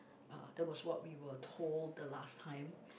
uh that was what we were told the last time